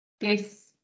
yes